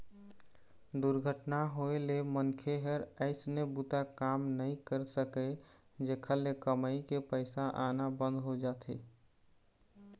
दुरघटना होए ले मनखे ह अइसने बूता काम नइ कर सकय, जेखर ले कमई के पइसा आना बंद हो जाथे